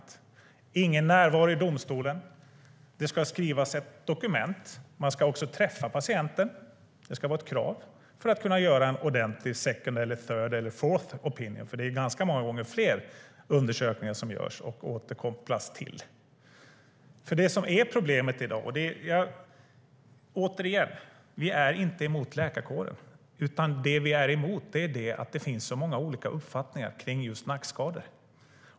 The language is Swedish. Det ska inte vara någon närvaro i domstolen, det ska skrivas ett dokument, man ska träffa patienten - det ska vara ett krav - för att kunna ge en ordentlig second, third eller fourth opinion. Det är ganska många gånger som det görs flera undersökningar och som det sedan återkopplas till. Återigen, vi är inte emot läkarkåren. Vi är emot att det finns så många olika uppfattningar om just nackskador.